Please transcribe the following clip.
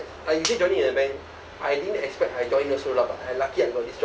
I a bank I didn't expect I join also lah but I lucky I got this job